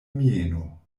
mieno